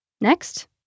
next